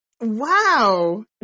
Wow